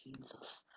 Jesus